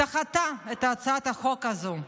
דחתה את הצעת החוק הזו,